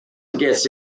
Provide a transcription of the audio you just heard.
gets